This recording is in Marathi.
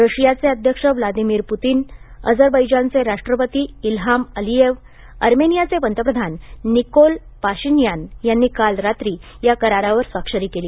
रशियाचे अध्यक्ष व्लादिमिर पुतीन अझरबैजानचे राष्ट्रपती इलहाम अलीयेव अर्मेनियाचे पंतप्रधान निकोल पाशिनयान यांनी काल रात्री या करारावर स्वाक्षरी केली